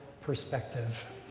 perspective